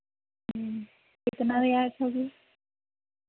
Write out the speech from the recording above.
कितना रियायत होगी